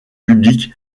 publics